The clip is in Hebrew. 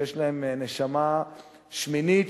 שיש להם נשמה שמינית,